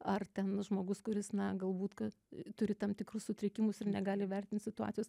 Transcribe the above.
ar ten žmogus kuris na galbūt kad turi tam tikrus sutrikimus ir negali vertinti situacijos